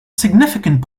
significant